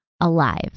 alive